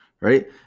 right